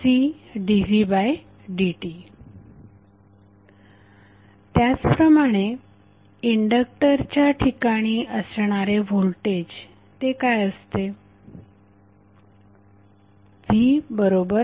iCdvdt त्याचप्रमाणे inductor च्या ठिकाणी असणारे व्होल्टेज काय असते